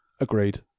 Agreed